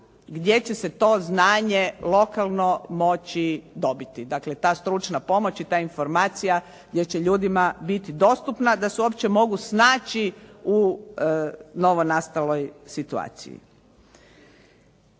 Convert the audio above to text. gdje će se to znanje lokalno moći dobiti. Dakle, ta stručna pomoć i informacije gdje će ljudima biti dostupna da se uopće mogu snaći u novonastaloj situaciji.